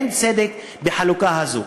אין צדק בחלוקה הזו.